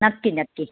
नक्की नक्की